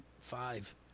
five